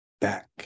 back